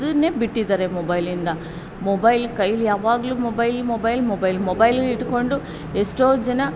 ದ್ದನ್ನೇ ಬಿಟ್ಟಿದ್ದಾರೆ ಮೊಬೈಲಿಂದ ಮೊಬೈಲ್ ಕೈಲಿ ಯಾವಾಗಲೂ ಮೊಬೈಲ್ ಮೊಬೈಲ್ ಮೊಬೈಲ್ ಮೊಬೈಲನ್ನ ಇಟ್ಕೊಂಡು ಎಷ್ಟೋ ಜನ